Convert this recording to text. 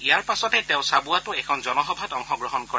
ইয়াৰ পাছতে তেওঁ চাবুৱাতো এখন জনসভাত অংশগ্ৰহণ কৰে